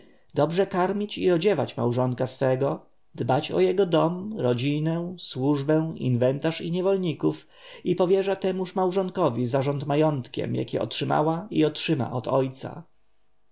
dobrze karmić i odziewać małżonka swego dbać o jego dom rodzinę służbę inwentarz i niewolników i powierza temuż małżonkowi zarząd majątkiem jaki otrzymała i otrzyma od ojca